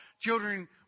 Children